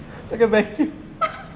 pakai vacuum